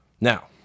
Now